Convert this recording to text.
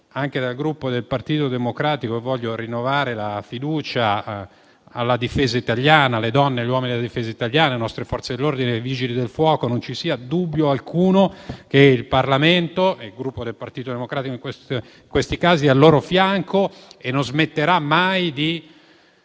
parte del Gruppo Partito Democratico desidero rinnovare la fiducia alla Difesa italiana, alle sue donne e ai suoi uomini, alle nostre Forze dell'ordine, ai Vigili del fuoco. Non ci sia dubbio alcuno che il Parlamento - il Gruppo Partito Democratico in questo caso - è al loro fianco e non smetterà mai di